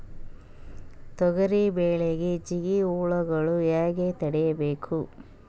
ತೊಗರಿ ಬೆಳೆಗೆ ಜಿಗಿ ಹುಳುಗಳು ಹ್ಯಾಂಗ್ ತಡೀಬೇಕು?